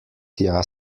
tja